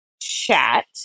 chat